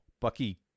Bucky